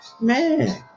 Man